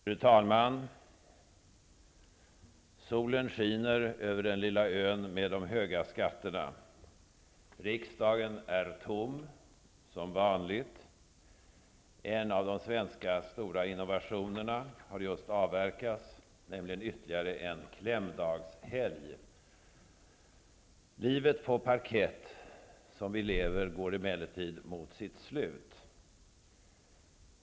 Fru talman! Solen skiner över den lilla ön med de höga skatterna. Riksdagen är tom, som vanligt. En av de stora svenska innovationerna har just avverkats, nämligen ytterligare en klämdagshelg. Livet på parkett, som vi lever, går emellertid mot sitt slut.